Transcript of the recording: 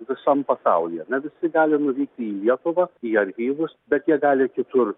visam pasaulyje ne visi gali nuvykti į lietuvą į archyvus bet jie gali kitur